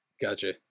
Gotcha